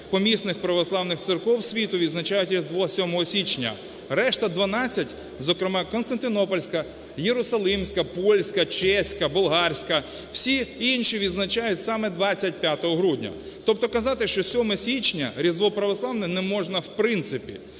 помісних православних церков світу відзначають Різдво 7 січня, решта 12, зокрема, Константинопольська, Єрусалимська, польська, чеська, болгарська, всі інші відзначають саме 25 грудня. Тобто казати, що 7 січня – Різдво православне не можна, в принципі,